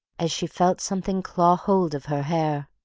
as she felt something claw hold of her hair,